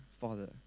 Father